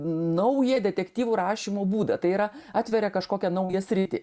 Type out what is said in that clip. naują detektyvų rašymo būdą tai yra atveria kažkokią naują sritį